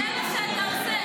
איזה הטבות?